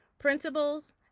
Principles